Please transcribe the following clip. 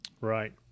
right